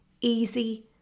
easy